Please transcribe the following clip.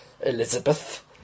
elizabeth